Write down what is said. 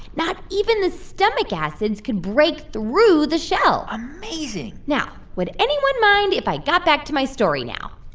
not even the stomach acids can break through the shell amazing now, would anyone mind if i got back to my story now?